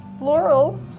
Laurel